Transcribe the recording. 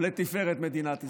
ולתפארת מדינת ישראל.